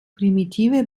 primitive